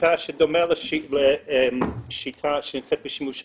שיטה שדומה לשיטה שנמצאת בשימוש היום.